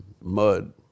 mud